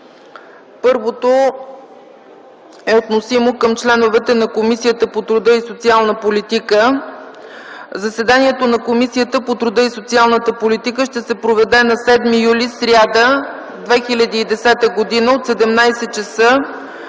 Първото е относимо към членовете на Комисията по труда и социалната политика – заседанието на Комисията по труда и социалната политика ще се проведе на 7 юли 2010 г., сряда, от 17,00 ч.